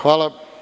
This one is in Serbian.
Hvala.